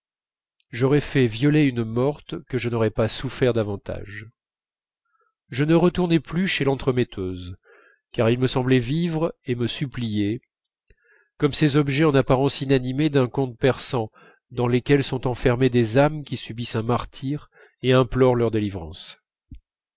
j'aurais fait violer une morte que je n'aurais pas souffert davantage je ne retournai plus chez l'entremetteuse car ils me semblaient vivre et me supplier comme ces objets en apparence inanimés d'un conte persan dans lesquels sont enfermées des âmes qui subissent un martyre et implorent leur délivrance